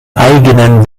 eigenen